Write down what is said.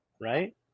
Right